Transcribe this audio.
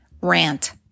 rant